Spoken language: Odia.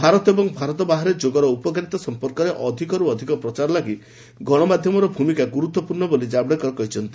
ଭାରତ ଏବଂ ଭାରତ ବାହାରେ ଯୋଗର ଉପକାରିତା ସଂପର୍କରେ ଅଧିକରୁ ଅଧିକ ପ୍ରଚାର ଲାଗି ଗଣମାଧ୍ୟମର ଭୂମିକା ଗୁରୁତ୍ୱପୂର୍ଣ୍ଣ ବୋଲି ଜାବଡ଼େକର କହିଛନ୍ତି